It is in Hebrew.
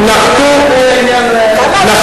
לא הייתי הולך לכיוון כזה.